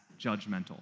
judgmental